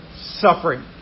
suffering